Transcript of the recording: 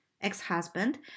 ex-husband